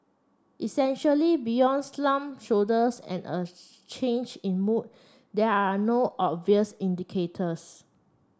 essentially beyond slumped shoulders and a change in mood there are no obvious indicators